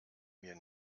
mir